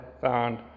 found